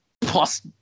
plus